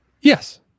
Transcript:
Yes